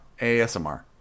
ASMR